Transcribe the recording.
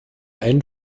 ein